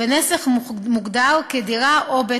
ו"נכס" מוגדר כ"דירה או בית-עסק".